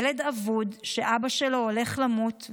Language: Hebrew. ילד אבוד שאבא שלו הולך למות,